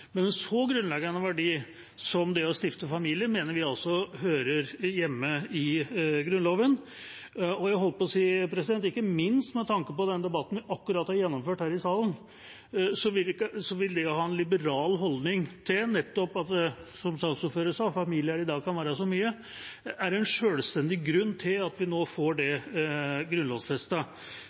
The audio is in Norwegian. men en så grunnleggende verdi som det å stifte familie, mener vi altså hører hjemme i Grunnloven, jeg holdt på å si ikke minst med tanke på den debatten vi akkurat har gjennomført her i salen. Det å ha en liberal holdning til nettopp det saksordføreren sa, at familier i dag kan være så mye, er en selvstendig grunn til å få det grunnlovfestet. I familiebegrepet ligger det